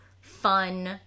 fun